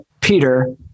Peter